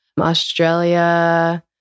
Australia